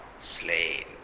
slain